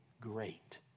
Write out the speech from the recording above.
great